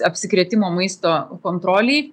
apsikrėtimo maisto kontrolei